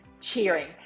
cheering